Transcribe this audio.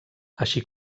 així